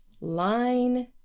Line